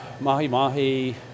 mahi-mahi